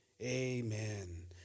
Amen